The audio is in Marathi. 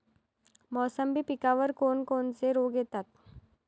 मोसंबी पिकावर कोन कोनचे रोग येतात?